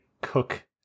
cook